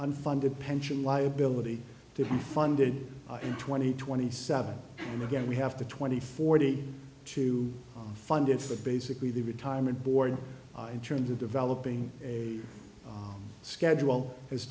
unfunded pension liability to be funded in twenty twenty seven and again we have to twenty forty two funded for basically the retirement board in terms of developing a schedule is